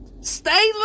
Stay